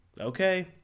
okay